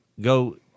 go